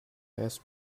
has